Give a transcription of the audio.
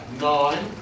nine